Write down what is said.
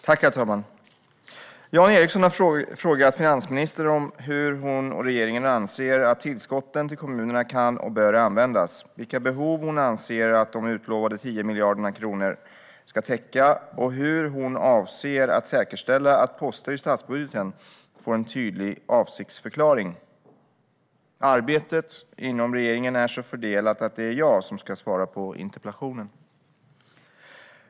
Herr talman! Jan Ericson har frågat finansministern hur hon och regeringen anser att tillskotten till kommunerna kan och bör användas, vilka behov hon anser att de utlovade 10 miljarder kronorna ska täcka och hur hon avser att säkerställa att poster i statsbudgeten får en tydlig avsiktsförklaring. Arbetet inom regeringen är så fördelat att det är jag som ska svara på interpellationen.